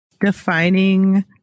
Defining